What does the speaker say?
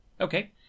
Okay